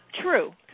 True